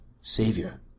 Savior